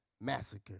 massacre